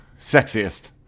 Sexiest